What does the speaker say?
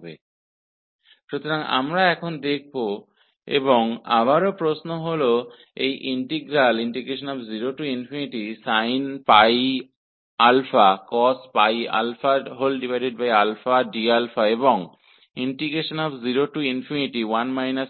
तो अब हम आगे के प्रश्न देखेंगे प्रश्न यह है कि इन इंटीग्रल 0sin cos d और 0 sin d का मान